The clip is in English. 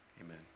Amen